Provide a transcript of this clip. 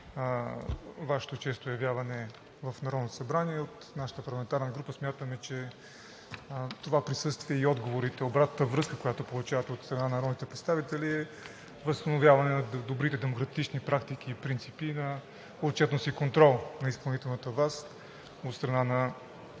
Вашето често явяване в Народното събрание. От нашата парламентарна група смятаме, че това присъствие и отговорите, обратната връзка, която получавате от страна на народните представители, е възстановяване на добрите демократични практики и принципи на отчетност и контрол на изпълнителната власт от страна на